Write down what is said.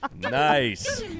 Nice